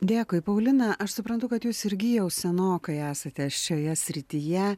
dėkui paulina aš suprantu kad jūs irgi jau senokai esate šioje srityje